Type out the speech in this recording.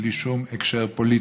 בלי שום הקשר פוליטי,